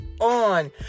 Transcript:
on